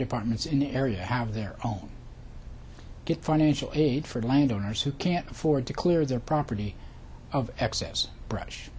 departments in the area have their own get financial aid for landowners who can't afford to clear their property of excess brush